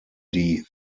die